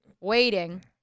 waiting